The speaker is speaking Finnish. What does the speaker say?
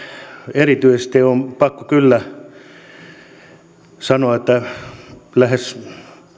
erityisesti on pakko kyllä sanoa että lähes